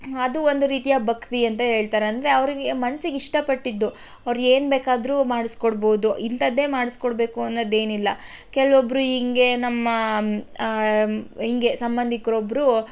ಅದು ಒಂದು ರೀತಿಯ ಭಕ್ತಿ ಅಂತ ಹೇಳ್ತಾರೆ ಅಂದರೆ ಅವ್ರಿಗೆ ಮನ್ಸಿಗೆ ಇಷ್ಟ ಪಟ್ಟಿದ್ದು ಅವ್ರು ಏನು ಬೇಕಾದ್ರೂ ಮಾಡ್ಸಿಕೊಡ್ಬಹುದು ಇಂಥದ್ದೆ ಮಾಡ್ಸಿಕೊಡ್ಬೇಕು ಅನ್ನೋದು ಏನಿಲ್ಲ ಕೆಲ್ವೊಬ್ರು ಹೀಗೆ ನಮ್ಮ ಹೀಗೆ ಸಂಬಂಧಿಕ್ರು ಒಬ್ಬರು